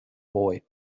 boy